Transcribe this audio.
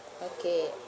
okay